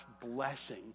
blessing